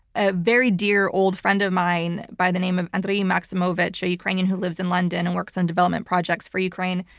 a very dear old friend of mine by the name of and andre maximovich, a ukrainian who lives in london and works on development projects for ukraine.